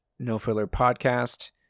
nofillerpodcast